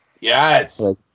yes